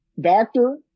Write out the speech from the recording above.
doctor